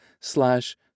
slash